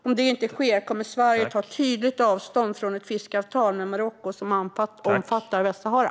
Om detta inte sker, kommer då Sverige att ta ett tydligt avstånd från ett fiskeavtal med Marocko som omfattar Västsahara?